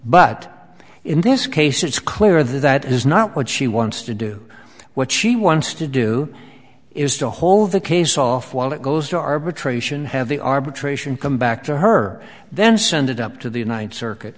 but in this case it's clear that that is not what she wants to do what she wants to do is to hold the case off when it goes to arbitration have the arbitration come back to her then send it up to the united circuit